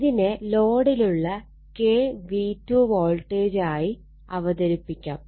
ഇതിനെ ലോഡിലുള്ള K V2 വോൾട്ടേജായി അവതരിപ്പിക്കാം